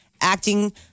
Acting